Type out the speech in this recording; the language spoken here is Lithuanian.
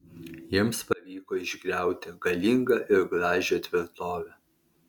jiems pavyko išgriauti galingą ir gražią tvirtovę